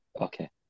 Okay